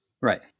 right